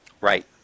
Right